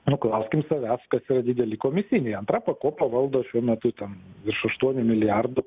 nu klauskim savęs kas yra dideli komisiniai antra pakopa valdo šiuo metu ten virš aštuonių milijardų